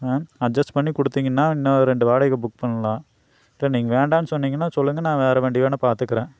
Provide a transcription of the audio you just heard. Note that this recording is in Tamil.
ஆ அஜெஸ்ட் பண்ணி கொடுத்தீங்கன்னா இன்னும் ரெண்டு வாடகை புக் பண்ணலாம் இப்போ நீங்க வேண்டாம் சொன்னீங்கன்னா சொல்லுங்க நான் வேற வண்டி வேணுணா பார்த்துக்கறேன்